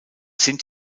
sind